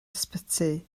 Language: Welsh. ysbyty